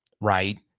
Right